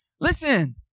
Listen